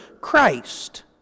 Christ